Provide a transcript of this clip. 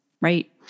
right